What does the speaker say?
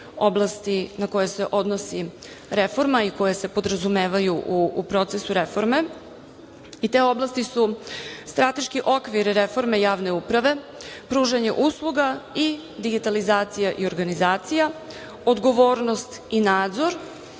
oblasti na koje se odnosi reforma i koje se podrazumevaju u procesu reforme, te oblasti su strateški okvir reforme javne uprave, pružanje usluga i digitalizacija i organizacija, odgovornost i nadzor,